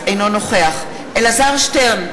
אינו נוכח אלעזר שטרן,